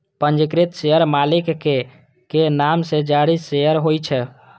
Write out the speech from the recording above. पंजीकृत शेयर मालिक के नाम सं जारी शेयर होइ छै